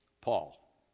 Paul